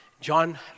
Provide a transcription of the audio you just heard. John